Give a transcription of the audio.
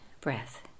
breath